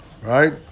right